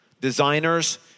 Designers